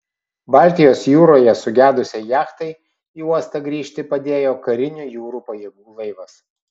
baltijos jūroje sugedusiai jachtai į uostą grįžti padėjo karinių jūrų pajėgų laivas